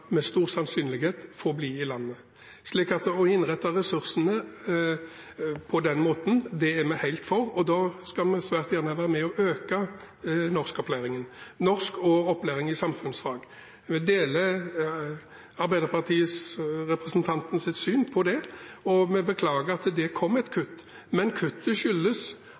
forbli i landet. Å innrette ressursene på den måten er vi helt for, og da skal vi svært gjerne være med og øke norskopplæringen – norsk, og opplæring i samfunnsfag. Vi deler arbeiderpartirepresentantens syn på det, og vi beklager at det kom et kutt. Men kuttet skyldes